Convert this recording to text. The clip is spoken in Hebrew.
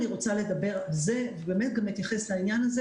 אני אדבר על זה ואני גם אתייחס לנשירה,